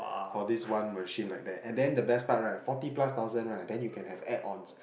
for this one machine like that and then the best part right forty plus thousand right then you can have add ons